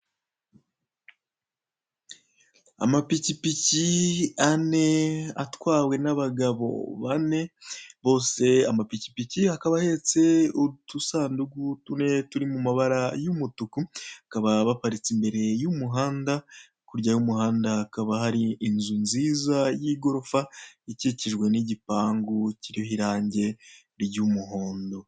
Amapikipiki ane atwawe n'abagabo bane bose. Amapikipiki akaba ahetse udusanduku tune turi mu mabara y'umutuku, bakaba baparitse imbere y'umuhanda, hakurya y'umuhanda hakaba hari inzu nziza y'igorofa, ikikijwe n'igipangu kiriho irangi ry'umuhondo.